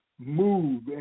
move